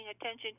attention